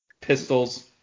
Pistols